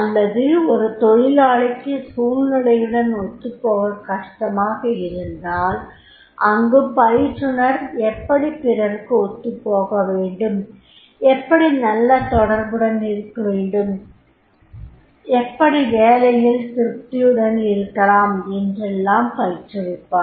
அல்லது ஒரு தொழிலாளிக்கு சூழ்நிலையுடன் ஒத்துப்போக கஷ்டமாக இருந்தால் அங்கு பயிற்றுனர் எப்படி பிறருடன் ஒத்துப்போகவேண்டும் எப்படி நல்ல தொடர்புடன் இருக்கவேண்டும் எப்படி வேலையில் திருப்தியுடன் இருக்கலாம் என்றெல்லாம் பயிற்றுவிப்பார்